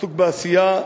עסוק בעשייה,